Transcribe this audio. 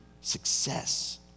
success